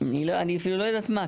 אני אפילו לא יודעת מה.